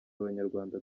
abanyarwanda